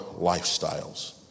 lifestyles